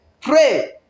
pray